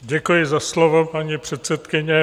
Děkuji za slovo, paní předsedkyně.